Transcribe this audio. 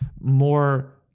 more